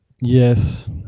Yes